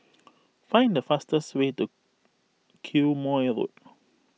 find the fastest way to Quemoy Road